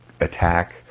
attack